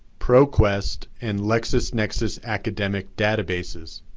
proquest, and lexisnexis academic databases.